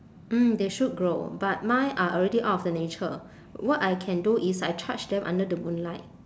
mm they should grow but mine are already out of the nature what I can do is I charge them under the moonlight